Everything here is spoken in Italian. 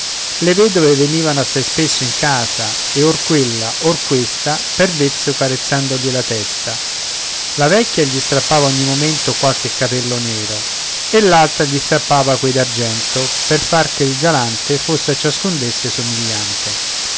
le vedove venivano assai spesso in casa e or quella or questa per vezzo carezzandogli la testa la vecchia gli strappava ogni momento qualche capello nero e l'altra gli strappava quei d'argento per fare che il galante fosse a ciascuna d'esse somigliante